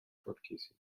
practice